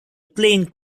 plane